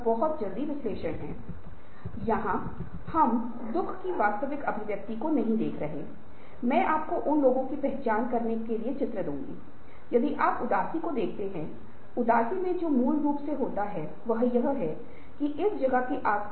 यह कोई स्थायी बात नहीं है क्योंकि बाहरी वातावरण बदल रहा है बाजार में प्रतिस्पर्धी मौजूद हैं यदि आप खुद को व्यापार में दृढ़ता से स्थान नहीं देते हैं तो हम टिक नहीं सकते हैं